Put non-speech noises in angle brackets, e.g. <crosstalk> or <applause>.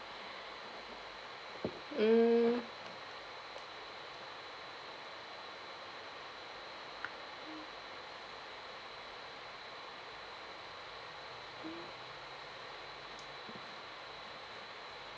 mm <noise>